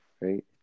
Right